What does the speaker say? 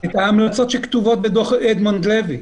את ההמלצות שכתובות בדוח אדמונד לוי.